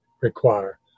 require